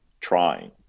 trying